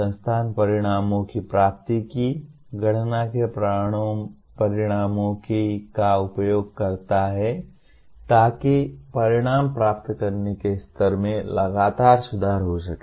संस्था परिणामों की प्राप्ति की गणना के परिणामों का उपयोग करती है ताकि परिणाम प्राप्त करने के स्तर में लगातार सुधार हो सके